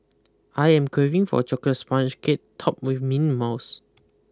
I am craving for a chocolate sponge cake topped with mint mousse